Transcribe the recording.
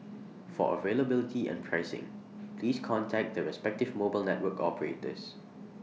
for availability and pricing please contact the respective mobile network operators